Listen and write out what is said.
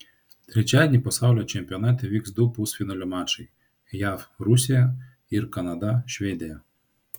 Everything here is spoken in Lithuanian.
trečiadienį pasaulio čempionate vyks du pusfinalio mačai jav rusija ir kanada švedija